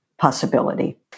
possibility